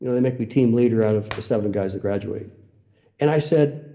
you know they make me team leader out of the seven guys that graduated and i said,